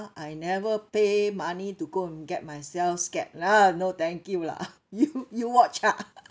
I never pay money to go and get myself scared ah no thank you lah you you watch ah